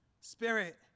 Spirit